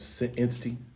entity